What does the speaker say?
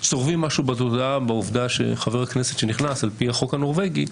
צורבים משהו בתודעה בעובדה שחבר כנסת שנכנס על פי החוק הנורבגי,